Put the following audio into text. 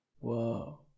Whoa